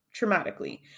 traumatically